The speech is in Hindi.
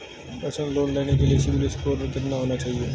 पर्सनल लोंन लेने के लिए सिबिल स्कोर कितना होना चाहिए?